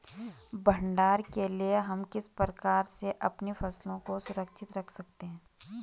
भंडारण के लिए हम किस प्रकार से अपनी फसलों को सुरक्षित रख सकते हैं?